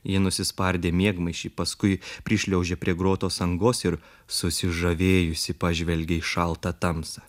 ji nusispardė miegmaišį paskui prišliaužė prie grotos angos ir susižavėjusi pažvelgė į šaltą tamsą